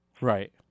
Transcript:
Right